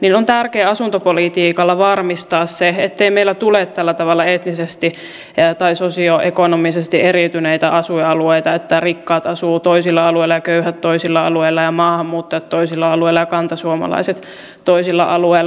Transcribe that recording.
on tärkeää asuntopolitiikalla varmistaa se ettei meillä tule tällä tavalla etnisesti tai sosioekonomisesti eriytyneitä asuinalueita että rikkaat asuvat toisilla alueilla ja köyhät toisilla alueilla maahanmuuttajat toisilla alueilla ja kantasuomalaiset toisilla alueilla